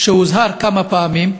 כשאדם הוזהר כמה פעמים,